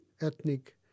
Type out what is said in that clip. ethnic